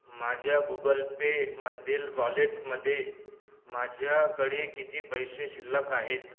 माझ्या गुगल पेमधील वॉलेटमध्ये माझ्याकडे किती पैसे शिल्लक आहेत